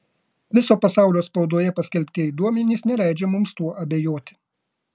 viso pasaulio spaudoje paskelbtieji duomenys neleidžia mums tuo abejoti